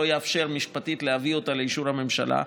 לא יאפשר משפטית להביא אותה לאישור הממשלה,